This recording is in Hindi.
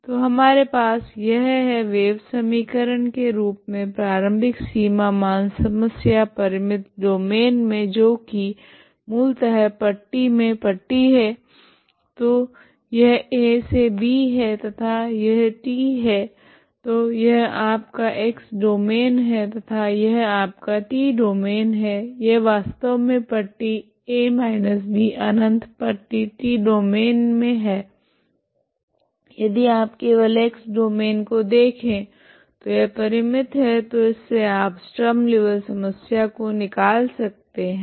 तो हमारे पास यह है वेव समीकरण के रूप मे प्रारम्भिक सीमा मान समस्या परिमित डोमैन मे जो की मूलतः पट्टी मे पट्टी है तो यह a से b है तथा यह t है तो यह आपका x डोमैन है तथा यह आपका t डोमैन है यह वास्तव मे पट्टी अनत पट्टी t डोमैन मे है यदि आप केवल x डोमैन को देखे तो यह परिमित है तो इससे आप स्ट्रीम लीऔविल्ले समस्या को निकाल सकते है